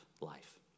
life